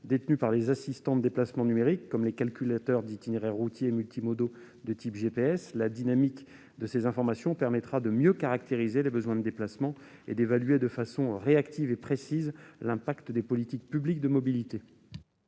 détenues par les assistants de déplacement numériques comme les calculateurs d'itinéraires routiers multimodaux de type GPS. La dynamique de ces informations permettra de mieux caractériser les besoins de déplacement et d'évaluer de façon réactive et précise l'impact des politiques publiques de mobilité.